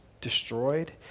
destroyed